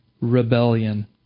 rebellion